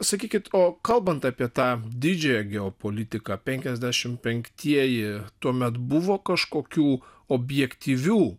sakykit o kalbant apie tą didžiąją geopolitiką penkiasdešimt penktieji tuomet buvo kažkokių objektyvių